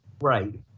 Right